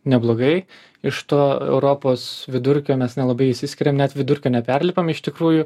neblogai iš to europos vidurkio mes nelabai išsiskiriam net vidurkio neperlipam iš tikrųjų